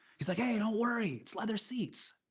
he's like, hey, don't worry, it's leather seats.